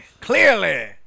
clearly